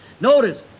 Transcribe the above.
notice